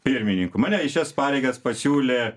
pirmininku mane į šias pareigas pasiūlė